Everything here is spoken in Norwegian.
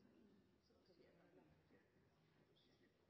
satser